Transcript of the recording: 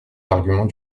arguments